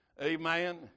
Amen